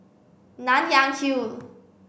Nanyang Hill